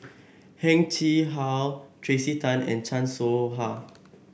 Heng Chee How Tracey Tan and Chan Soh Ha